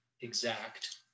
exact